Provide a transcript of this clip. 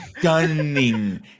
stunning